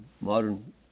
modern